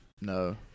No